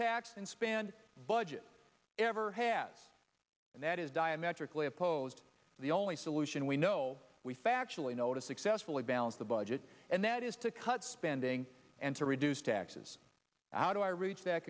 and spend budget ever has and that is diametrically opposed the only solution we know we factually know to successfully balance the budget and that is to cut spending and to reduce taxes how do i reach that